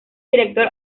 director